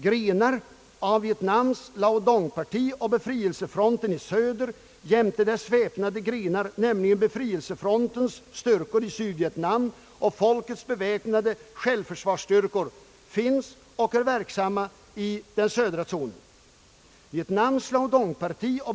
Grenar av Vietnams Lao Dong-parti och ”Befrielsefronten i sö självförsvarsstyrkor” finns och är verksamma i den södra zonen.